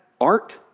art